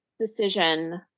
decision